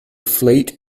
fleet